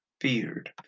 feared